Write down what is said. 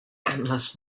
endless